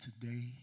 today